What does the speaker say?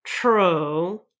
True